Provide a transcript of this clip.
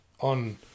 on